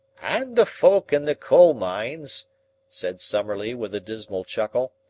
and the folk in the coal-mines, said summerlee with a dismal chuckle.